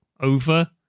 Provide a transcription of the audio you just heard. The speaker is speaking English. over